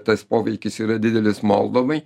tas poveikis yra didelis moldovai